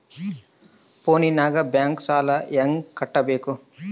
ಫೋನಿನಾಗ ಬ್ಯಾಂಕ್ ಸಾಲ ಹೆಂಗ ಕಟ್ಟಬೇಕು?